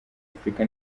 afurika